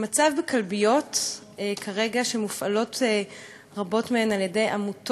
המצב בכלביות כרגע, שרבות מהן מופעלות